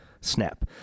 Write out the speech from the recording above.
snap